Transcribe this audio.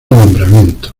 nombramiento